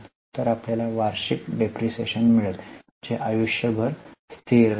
तर आपल्याला वार्षिक डिप्रीशीएशन मिळेल जे आयुष्यभर स्थिर राहील